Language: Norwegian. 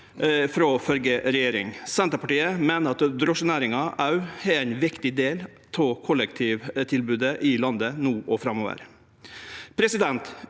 Senterpartiet meiner drosjenæringa òg er ein viktig del av kollektivtilbodet i landet no og framover.